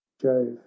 Jove